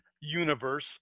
universe